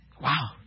Wow